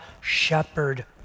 shepherd